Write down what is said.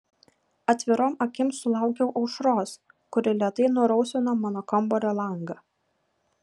atvirom akim sulaukiau aušros kuri lėtai nurausvino mano kambario langą